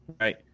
Right